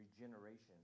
regeneration